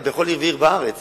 בכל עיר ועיר בארץ,